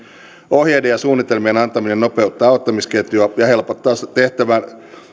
ohjeiden ja suunnitelmien antaminen nopeuttaa auttamisketjua ja helpottaa tehtävään